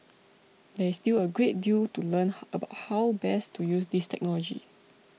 there is still a great deal to learn about how best to use this technology